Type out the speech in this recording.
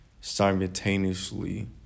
simultaneously